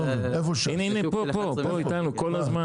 הנה פה איתנו, כל הזמן.